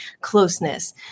closeness